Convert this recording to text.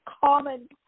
common